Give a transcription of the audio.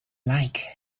like